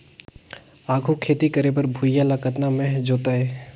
आघु खेती करे बर भुइयां ल कतना म जोतेयं?